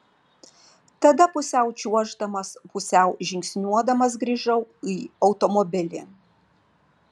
tada pusiau čiuoždamas pusiau žingsniuodamas grįžau į automobilį